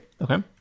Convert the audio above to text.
Okay